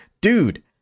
dude